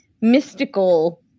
mystical